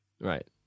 Right